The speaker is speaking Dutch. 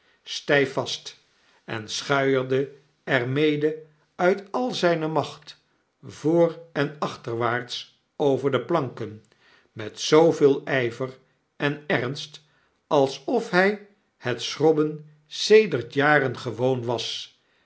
vast en schuierde er mede uit al zpe macht voor en achterwaarts over de planken met zooveel yver en ernst alsof hj het schrobben sedert jaren gewoon was